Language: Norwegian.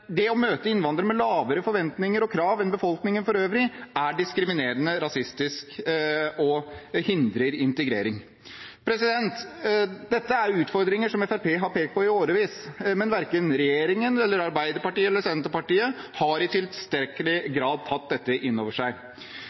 innvandrere med lavere forventninger og krav enn i befolkningen for øvrig er diskriminerende og rasistisk og hindrer integrering. Dette er utfordringer som Fremskrittspartiet har pekt på i årevis, men verken regjeringen, Arbeiderpartiet eller Senterpartiet har i tilstrekkelig grad tatt dette inn over seg.